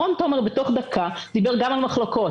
רון תומר בתוך דקה דיבר גם על מחלוקות,